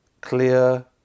clear